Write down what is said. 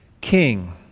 King